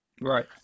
Right